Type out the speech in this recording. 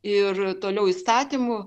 ir toliau įstatymų